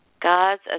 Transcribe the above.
God's